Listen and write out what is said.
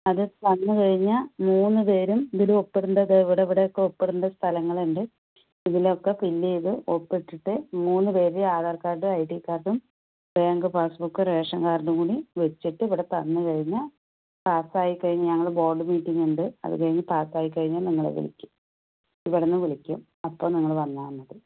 അത് തന്ന് കഴിഞ്ഞാൽ മൂന്ന് പേരും ഇതില് ഒപ്പിടണ്ടത് എവിടെ എവിടെ ഒക്കെയാണ് ഒപ്പിടേണ്ട സ്ഥലങ്ങളുണ്ട് ഇതിലൊക്കെ ഫിൽ ചെയ്ത് ഒപ്പിട്ടിട്ട് മൂന്ന് പേരുടെയും ആധാർ കാർഡും ഐഡി കാർഡും ബാങ്ക് പാസ്സ് ബുക്ക് റേഷൻ കാർഡും കൂടി വെച്ചിട്ട് ഇവിടെ തന്ന് കഴിഞ്ഞാൽ പാസ്സ് ആയി കഴിഞ്ഞ് ഞങ്ങൾ ബോർഡ് മീറ്റിങ് ഉണ്ട് അത് കഴിഞ്ഞ് പാസ്സ് ആയി കഴിഞ്ഞാൽ നിങ്ങളെ വിളിക്കും ഇവിടുന്ന് വിളിക്കും അപ്പോൾ നിങ്ങൾ വന്നാൽ മതി